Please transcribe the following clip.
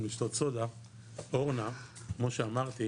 אורנה כמו שאמרתי